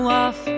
off